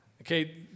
Okay